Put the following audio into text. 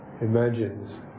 imagines